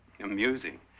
amusing